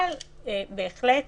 אבל בהחלט